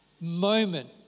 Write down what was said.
moment